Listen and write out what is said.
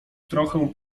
trochę